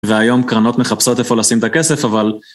והיום קרנות מחפשות איפה לשים את הכסף, אבל...